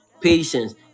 patience